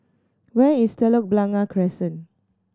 where is Telok Blangah Crescent